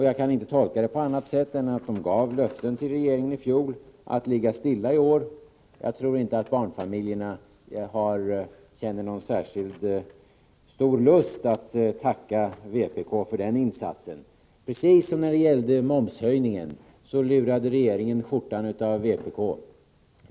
Jag kan inte tolka det på annat sätt än att vpk gav löften till regeringen i fjol att ligga stilla i år. Jag tror inte att barnfamiljerna känner någon särskilt stor lust att tacka vpk för den insatsen. Precis som när det gällde momshöjningen lurade regeringen skjortan av vpk.